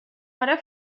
para